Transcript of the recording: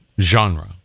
genre